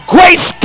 Grace